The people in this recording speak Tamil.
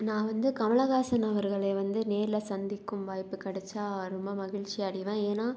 நான் வந்து கமல்ஹாசன் அவர்களை வந்து நேரில் சந்திக்கும் வாய்ப்பு கிடைச்சா ரொம்ப மகிழ்ச்சி அடைவேன் ஏன்னால்